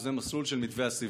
שזה מסלול של מתווה הסיבים.